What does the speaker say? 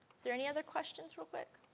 so any other questions real quick.